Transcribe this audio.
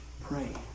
Pray